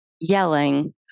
yelling